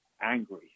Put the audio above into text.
angry